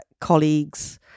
colleagues